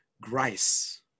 grace